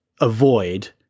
avoid